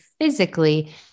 physically